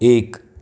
એક